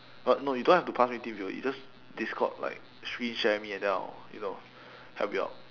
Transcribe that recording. but no you don't have to pass me teamviewer you just discord like screen share me and then I'll you know help you out